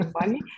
money